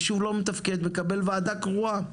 יישוב לא מתפקד מקבל וועדה גרועה.